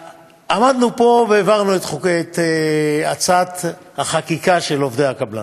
עמדנו פה והעברנו את הצעת החקיקה של עובדי הקבלן.